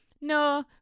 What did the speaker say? no